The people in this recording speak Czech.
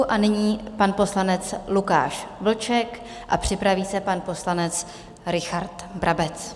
A nyní pan poslanec Lukáš Vlček a připraví se pan poslanec Richard Brabec.